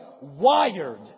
wired